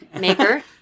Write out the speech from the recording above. maker